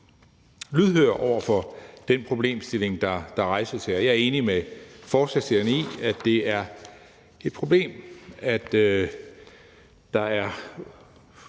lydhør over for den problemstilling, der rejses her. Jeg er enig med forslagsstillerne i, at det er et problem, at der er